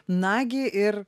na gi ir